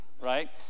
right